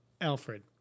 Alfred